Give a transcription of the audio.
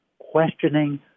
questioning